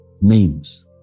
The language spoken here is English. names